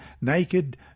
naked